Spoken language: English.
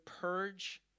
purge